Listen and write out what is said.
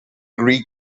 greek